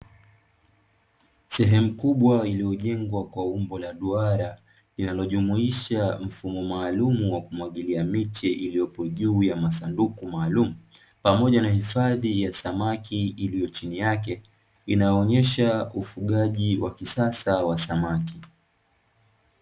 Sehemu kubwa iliyojengwa kwa umbo la duara linalojumuisha mfumo maalumu wa kumwagilia miche iliyopo juu ya masanduku maalumu, pamoja na hifadhi ya samaki iliyo chini yake; inaonyesha ufugaji wa kisasa wa samaki.